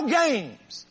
games